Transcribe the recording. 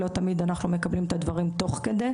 לא תמיד אנחנו מקבלים את הדברים תוך כדי.